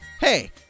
hey